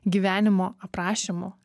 gyvenimo aprašymu